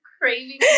craving